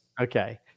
Okay